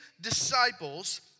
disciples